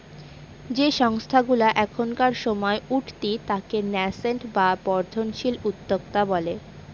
যে সংস্থাগুলা এখনকার সময় উঠতি তাকে ন্যাসেন্ট বা বর্ধনশীল উদ্যোক্তা বলে